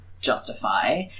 justify